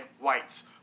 whites